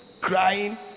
crying